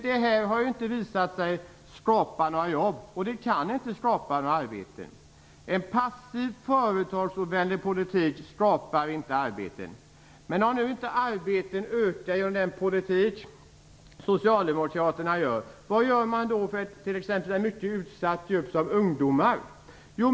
Det har inte visat sig skapa några arbeten. Det kan inte skapa några arbeten. En passiv företagsovänlig politik skapar inte arbeten. Om nu inte arbetena ökar genom den politik socialdemokraterna för, vad gör man för en så utsatt grupp som ungdomen?